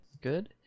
good